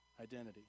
identity